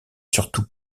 surtout